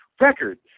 record